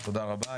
תודה רבה.